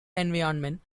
environment